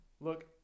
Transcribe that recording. Look